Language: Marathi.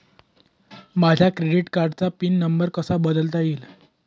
माझ्या क्रेडिट कार्डचा पिन नंबर कसा बदलता येईल?